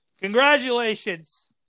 Congratulations